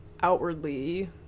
outwardly